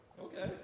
Okay